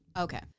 Okay